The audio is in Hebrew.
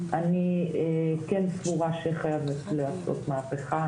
אני סבורה שחייבים לעשות מהפיכה,